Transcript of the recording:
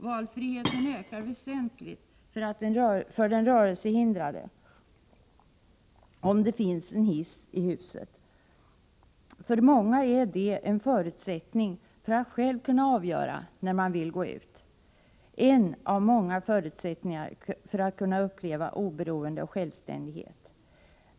Valfriheten ökar väsentligt för den rörelsehindrade om det finns en hiss i huset. För många är det en förutsättning för att de själva skall kunna avgöra när de vill gå ut, en av många förutsättningar för att kunna uppleva oberoende och självständighet.